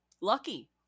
Lucky